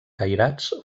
cairats